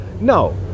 no